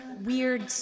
weird